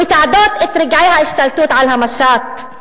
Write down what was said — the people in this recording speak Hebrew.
המתעדות את רגעי ההשתלטות על המשט?